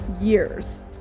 years